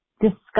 discuss